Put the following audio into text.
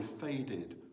faded